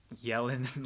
yelling